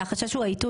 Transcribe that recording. שהחשש הוא העיתוי.